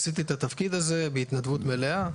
עשיתי את זה התפקיד הזה בהתנדבות מלאה.